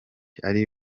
ari